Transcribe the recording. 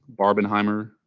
Barbenheimer